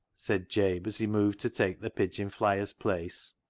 said jabe, as he moved to take the pigeon-flyer's place.